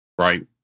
Right